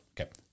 Okay